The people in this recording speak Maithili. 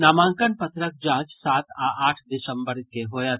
नामांकन पत्रक जांच सात आ आठ दिसम्बर के होयत